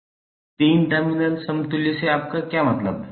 3 terminal समतुल्य से आपका क्या अभिप्राय है